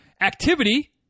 activity